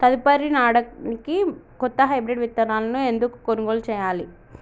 తదుపరి నాడనికి కొత్త హైబ్రిడ్ విత్తనాలను ఎందుకు కొనుగోలు చెయ్యాలి?